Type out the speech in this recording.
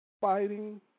fighting